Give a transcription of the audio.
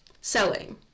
selling